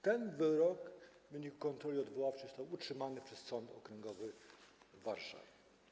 Ten wyrok w wyniku kontroli odwoławczej został utrzymany przez Sąd Okręgowy w Warszawie.